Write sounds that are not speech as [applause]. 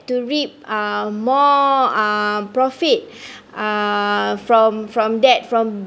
to reap um more um profit [breath] uh from from that from